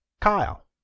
Kyle